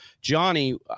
Johnny